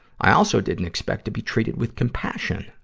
i also didn't expect to be treated with compassion,